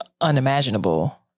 unimaginable